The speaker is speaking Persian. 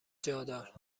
جادار